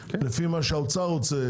לפי מה שהאוצר רוצה